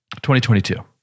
2022